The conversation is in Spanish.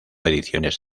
ediciones